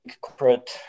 corporate